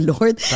Lord